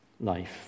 life